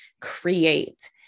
create